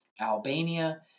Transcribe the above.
Albania